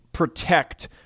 Protect